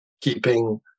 keeping